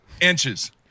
Inches